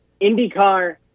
IndyCar